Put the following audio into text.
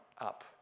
up